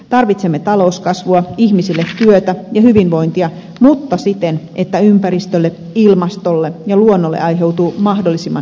tarvitsemme talouskasvua ihmisille työtä ja hyvinvointia mutta siten että ympäristölle ilmastolle ja luonnolle aiheutuu mahdollisimman vähän haittoja